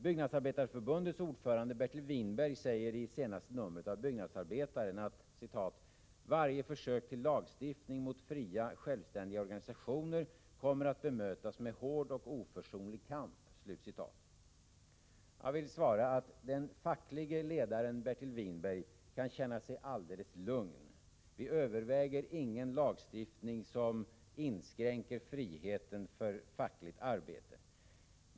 Byggnadsarbetareförbundets ordförande Bertil Whinberg säger i det senaste numret av Byggnadsarbetaren: ”Varje försök till lagstiftning mot fria och självständiga organisationer kommer att bemötas med hård och oförsonlig kamp.” Jag vill svara att den facklige ledaren Bertil Whinberg kan känna sig alldeles lugn; vi överväger ingen lagstiftning som inskränker friheten för fackligt arbete.